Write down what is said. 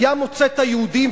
היה מוצא את היהודים,